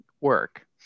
work